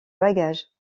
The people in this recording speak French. bagages